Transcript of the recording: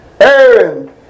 Aaron